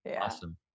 awesome